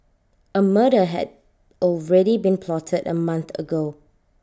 A murder had already been plotted A month ago